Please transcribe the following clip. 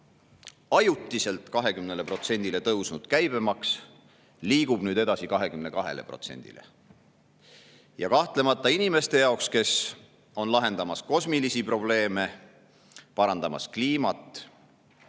ajutiselt 20%-le tõusnud käibemaks liigub nüüd edasi 22%-le. Kahtlemata inimeste jaoks, kes on lahendamas kosmilisi probleeme, parandamas kliimat,